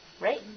Right